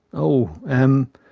oh. ehm.